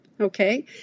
okay